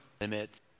limit